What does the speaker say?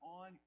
on